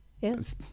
Yes